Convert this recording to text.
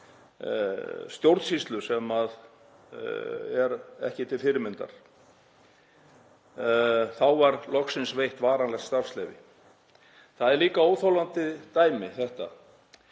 stjórnsýslu sem er ekki til fyrirmyndar, en þá var loksins veitt varanlegt starfsleyfi. Þetta er líka óþolandi dæmi